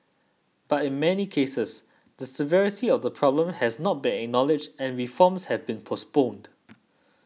but in many cases the severity of the problem has not been acknowledged and reforms have been postponed